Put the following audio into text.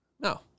No